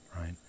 Right